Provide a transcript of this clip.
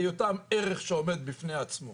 היותם ערך שעומד בפני עצמו